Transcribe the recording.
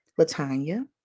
Latanya